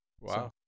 wow